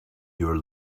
your